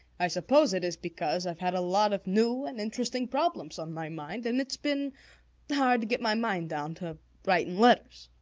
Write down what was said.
i suppose it is because i've had a lot of new and interesting problems on my mind, and it's been hard to get my mind down to writing letters.